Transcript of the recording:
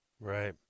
Right